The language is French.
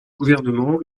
gouvernement